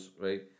right